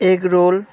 egg roll